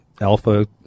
Alpha